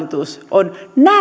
on näin